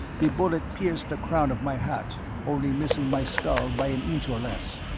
the bullet pierced the crown of my hat, only missing my skull by an inch or less.